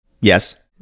Yes